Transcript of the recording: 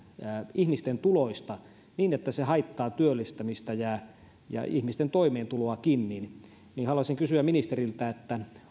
ihmisten tuloista niin että se haittaa työllistymistä ja ihmisten toimeentuloakin haluaisin kysyä ministeriltä